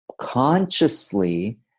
Consciously